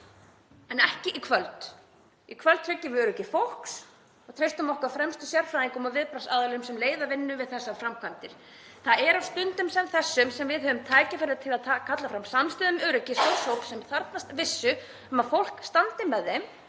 En ekki í kvöld, í kvöld tryggjum við öryggi fólks og treystum okkar fremstu sérfræðingum og viðbragðsaðilum sem leiða vinnu við þessar framkvæmdir. Það er á stundum sem þessum sem við höfum tækifæri til að kalla fram samstöðu um öryggi stórs hóps sem þarfnast vissu um að fólk standi með þeim,